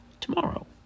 tomorrow